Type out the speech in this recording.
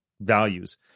values